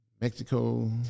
Mexico